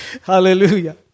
Hallelujah